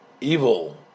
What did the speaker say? evil